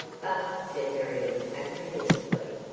but, said marion, apprehensively,